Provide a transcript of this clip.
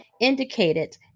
indicated